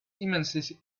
immensely